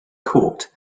court